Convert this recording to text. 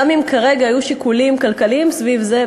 גם אם כרגע היו שיקולים כלכליים סביב זה,